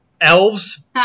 Elves